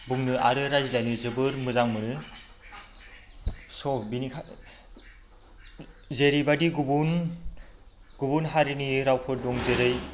बुंनो आरो रायज्लायनो जोबोर मोजां मोनो स' बेनिखाय जेरैबायदि गुबुन गुबुन हारिनि रावफोर दं जेरै